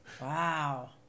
Wow